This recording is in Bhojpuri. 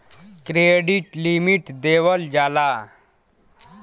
क्रेडिट लिमिट देवल जाला